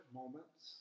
moments